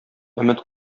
өмет